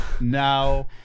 now